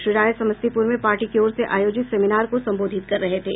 श्री राय समस्तीपुर में पार्टी की ओर से आयोजित सेमिनार को संबोधित कर रहे थे